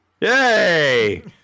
yay